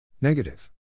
Negative